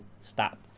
stop